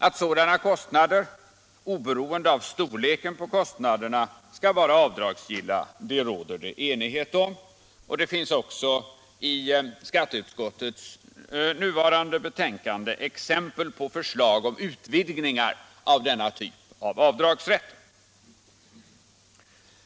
Att dessa kostnader oberoende av storleken på kostnaderna skall vara avdragsgilla råder det i grunden enighet om. I skatteutskottets betänkande finns också exempel på förslag om utvidgningar av denna typ av avdragsrätt.